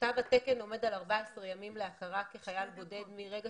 תו תקן עומד על 14 ימים להכרה כחייל בודד מרגע